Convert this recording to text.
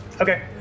Okay